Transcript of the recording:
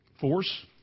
force